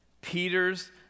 Peter's